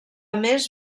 més